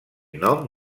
nom